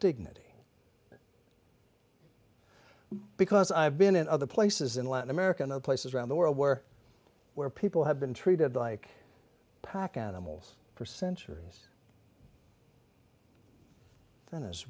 dignity because i've been in other places in latin america and other places around the world where where people have been treated like pack animals for centuries